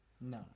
No